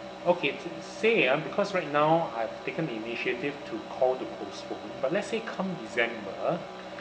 okay say uh because right now I've taken the initiative to call to postpone but let's say come december